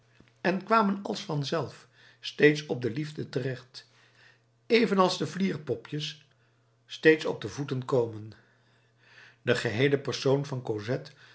en kwamen als vanzelf steeds op de liefde terecht evenals de vlierpopjes steeds op de voeten komen de geheele persoon van